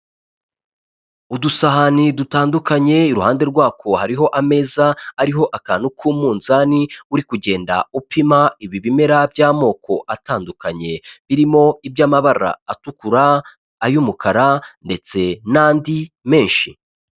Udusahani dutandukanye iruhande rwako hariho ameza ariho akantu k'umuzani, uri kugenda upima ibi bimera by'amoko atandukanye birimo iby'amabara atukura, ay'umukara ndetse n'andi menshi.